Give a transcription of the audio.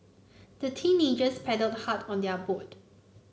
the teenagers paddled hard on their boat